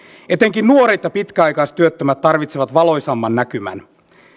etenkin nuoret ja pitkäaikaistyöttömät tarvitsevat valoisamman näkymän